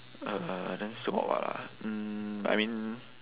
uh then still got what ah mm I mean